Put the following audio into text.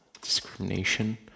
discrimination